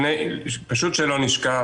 פשוט שלא נשכח,